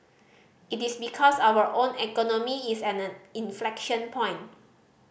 it is because our own economy is at an inflection point